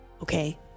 okay